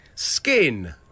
Skin